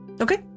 Okay